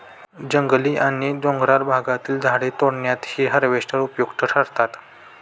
जंगली आणि डोंगराळ भागातील झाडे तोडण्यातही हार्वेस्टर उपयुक्त ठरतात